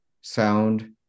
sound